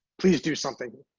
please do something,